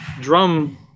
drum